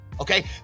okay